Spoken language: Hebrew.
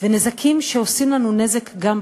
ונזקים שעושים לנו נזק גם בחוץ.